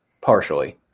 partially